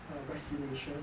err vaccination